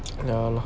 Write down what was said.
ya lah